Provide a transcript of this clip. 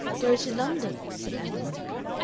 go to london, said ann veronica.